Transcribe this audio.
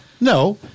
No